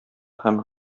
һәм